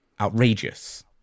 outrageous